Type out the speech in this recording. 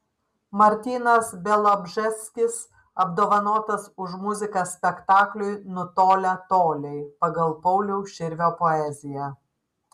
martynas bialobžeskis apdovanotas už muziką spektakliui nutolę toliai pagal pauliaus širvio poeziją